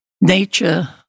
nature